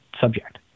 subject